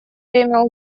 время